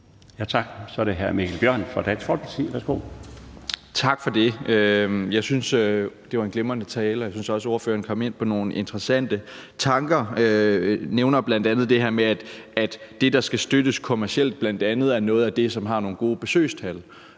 Jeg synes, det var en glimrende tale, og jeg synes også, ordføreren kom ind på nogle interessante tanker. Ordføreren nævner bl.a. det her med, at det, der skal støttes kommercielt, bl.a. er noget af det, som har nogle gode besøgstal.